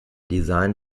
design